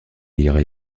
lire